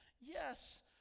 Yes